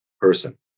person